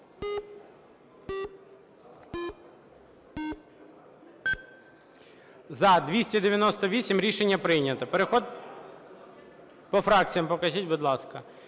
За-298 Рішення прийнято. Переходимо… По фракціям покажіть, будь ласка.